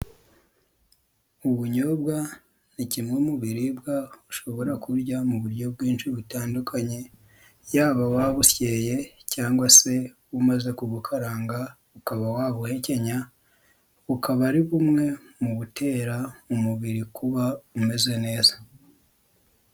Ubunyobwa ni kimwe mu biribwa ushobora kurya mu buryo bwinshi butandukanye, yaba ububa busyeye, cyangwa se umaze kubukaranga ukaba wabuhekenya, bukaba ari bumwe mu gutera umubiri kuba umeze neza.